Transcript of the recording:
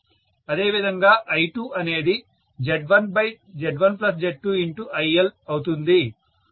అదేవిధంగా I2 అనేది Z1Z1Z2IL అవుతుంది